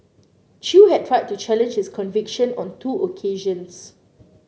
Chew had tried to challenge his conviction on two occasions